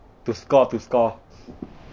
to score to score